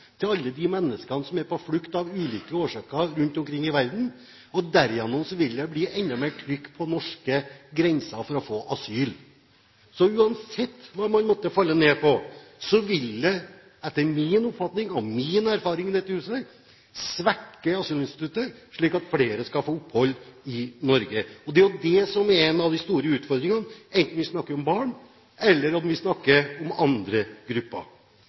til alle de menneskene som er på flukt av ulike årsaker rundt omkring i verden, og derigjennom vil det bli enda mer trykk på norske grenser for å få asyl. Så uansett hva man måtte falle ned på, vil det etter min oppfatning og min erfaring i dette huset svekke asylinstituttet, slik at flere får opphold i Norge. Det er det som er en av de store utfordringene enten vi snakker om barn eller vi snakker om andre grupper.